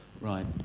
Right